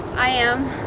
i am.